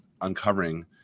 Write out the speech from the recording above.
uncovering